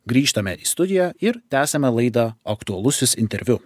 grįžtame į studiją ir tęsiame laidą aktualusis interviu